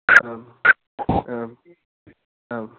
आम् आम् आम्